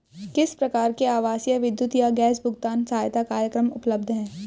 किस प्रकार के आवासीय विद्युत या गैस भुगतान सहायता कार्यक्रम उपलब्ध हैं?